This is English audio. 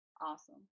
awesome